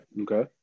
Okay